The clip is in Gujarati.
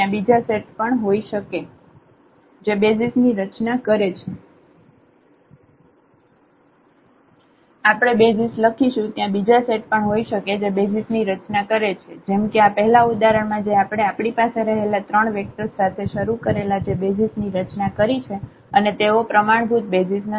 ત્યાં બીજા સેટ પણ હોઈ શકે જે બેસિઝ ની રચના કરે છે જેમ કે આ પહેલા ઉદાહરણ માં જે આપણે આપણી પાસે રહેલા 3 વેક્ટર્સ સાથે શરુ કરેલા જે બેસિઝ ની રચના કરે છે અને તેઓ પ્રમાણભૂત બેસિઝ નથી